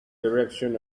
direction